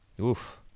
Oof